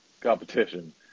competition